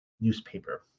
newspaper